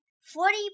Forty